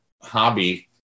hobby